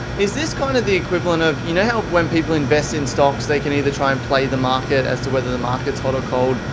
is this kind of the equivalent of you know how when people invest in stocks, they can either try and play the market as to whether the market's hot or cold,